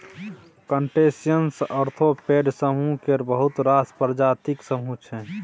crustaceans arthropod समुह केर बहुत रास प्रजातिक समुह छै